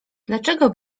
dlaczego